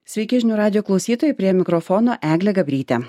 sveiki žinių radijo klausytojai prie mikrofono eglė gabrytė